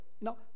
No